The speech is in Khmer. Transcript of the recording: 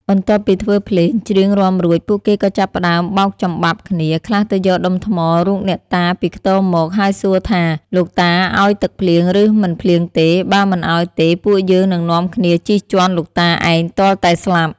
បន្ទាប់ពីធ្វើភ្លេង ច្រៀងរាំរួច ពួកគេក៏ចាប់ផ្ដើមបោកចំបាប់គ្នា ខ្លះទៅយកដុំថ្មរូបអ្នកតាពីខ្ទមមក ហើយសួរថា «លោកតាឲ្យទឹកភ្លៀងឬមិនភ្លៀងទេ បើមិនឲ្យទេ ពួកយើងនឹងនាំគ្នាជិះជាន់លោកតាឯងទាល់តែស្លាប់»។